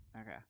Okay